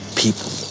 people